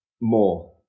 more